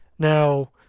Now